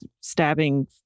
stabbing